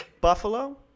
Buffalo